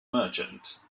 merchant